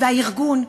והארגון,